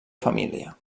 família